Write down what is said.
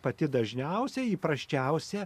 pati dažniausia įprasčiausia